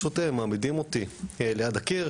פשוט מעמידים אותי ליד הקיר,